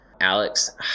Alex